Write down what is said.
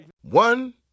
One